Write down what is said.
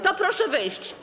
To proszę wyjść.